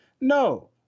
No